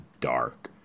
dark